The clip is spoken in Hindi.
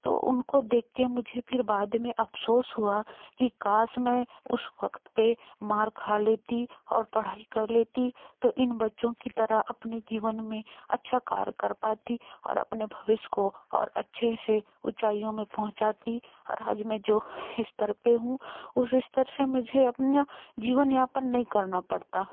तो उनको देखके मुझे फिर बाद में अफसोस हुआ कि काश में उस वक्त पे मार खा लेती और पढ़ाई कर लेती तो इन बच्चों की तरह अपने जीवन में अच्छा कार्य कर पति और अपने भविष्य को और अच्छे से ऊंचाइयों में पहुंचती और हज में जो स्तर पर हूँ उस स्तर से मुझे अपना जीवन यापन नहीं करना पड़ता